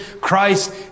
Christ